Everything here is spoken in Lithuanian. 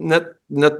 net net